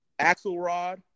Axelrod